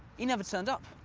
he never turned up.